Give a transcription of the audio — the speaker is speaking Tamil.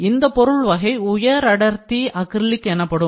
இந்தப் பொருள் வகை உயர் அடர்த்தி அக்ரிலிக் எனப்படும்